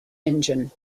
engine